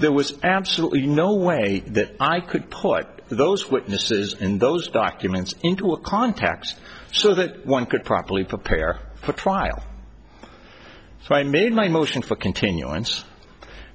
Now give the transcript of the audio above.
there was absolutely no way that i could put those witnesses in those documents into a context so that one could properly prepare for trial so i made my motion for continuance